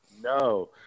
No